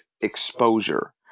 exposure